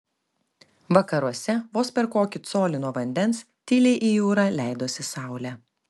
vakaruose vos per kokį colį nuo vandens tyliai į jūrą leidosi saulė